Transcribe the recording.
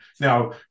Now